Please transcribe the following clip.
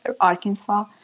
Arkansas